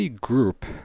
Group